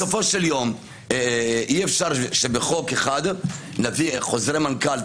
בסופו של יום אי אפשר שבחוק אחד נביא חוזרי מנכ"ל,